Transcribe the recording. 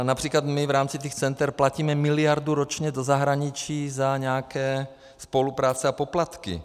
Například my v rámci těch těchto center platíme ročně miliardu ročně do zahraničí za nějaké spolupráce a poplatky.